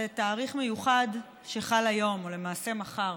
זה תאריך מיוחד שחל היום, או למעשה, מחר.